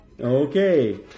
Okay